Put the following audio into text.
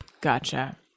Gotcha